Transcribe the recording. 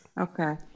Okay